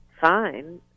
fine